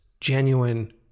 genuine